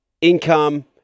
income